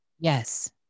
Yes